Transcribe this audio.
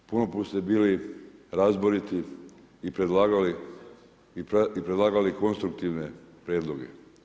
Puno puta ste bili razboriti i predlagali konstruktivne prijedloge.